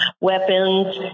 weapons